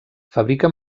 fabrica